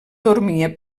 dormia